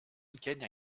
gagne